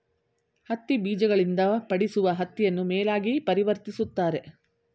ಹತ್ತಿ ಬೀಜಗಳಿಂದ ಪಡಿಸುವ ಹತ್ತಿಯನ್ನು ಮೇಲಾಗಿ ಪರಿವರ್ತಿಸುತ್ತಾರೆ